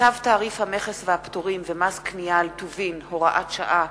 צו תעריף המכס והפטורים ומס קנייה על טובין (הוראות שעה),